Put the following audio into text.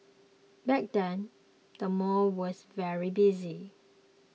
back then the mall was very busy